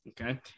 Okay